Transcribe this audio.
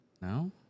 No